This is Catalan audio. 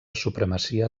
supremacia